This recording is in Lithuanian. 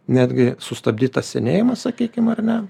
netgi sustabdyt tą senėjimą sakykim ar ne